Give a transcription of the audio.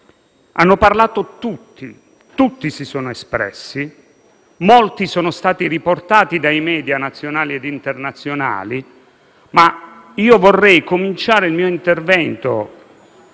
hanno parlato tutti. Tutti si sono espressi. Molti sono stati riportati dai *media* nazionali ed internazionali, ma io vorrei cominciare il mio intervento